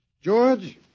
George